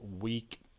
week